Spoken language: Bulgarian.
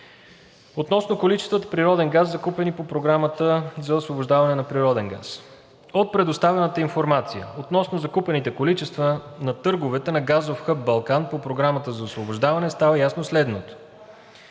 Относно количествата природен газ, закупени по Програмата за освобождаване на природен газ. От предоставената информация относно закупените количества на търговете на Газов хъб „Балкан“ по Програмата за освобождаване става ясно следното: